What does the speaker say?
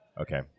okay